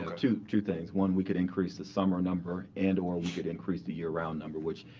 two two things. one, we could increase the summer number, and or we could increase the year round number. which,